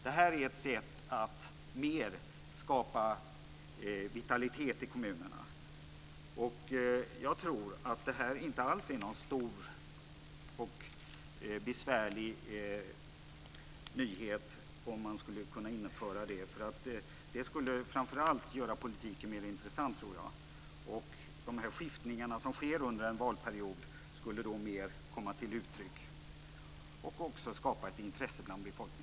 Det här är ett sätt att skapa mer vitalitet i kommunerna. Jag tror inte alls att det är någon stor och besvärlig nyhet att införa detta. Det skulle framför allt göra politiken mer intressant. De skiftningar som sker under en valperiod skulle komma mer till uttryck och också skapa ett intresse bland befolkningen.